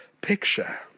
picture